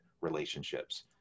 relationships